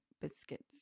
Biscuits